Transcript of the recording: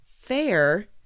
fair